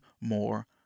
more